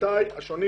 בדוחותי השונים